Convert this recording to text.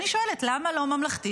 ואני שואלת: למה לא ממלכתית?